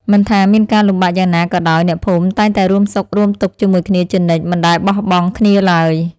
មិនថាមានការលំបាកយ៉ាងណាក៏ដោយអ្នកភូមិតែងតែរួមសុខរួមទុក្ខជាមួយគ្នាជានិច្ចមិនដែលបោះបង់គ្នាឡើយ។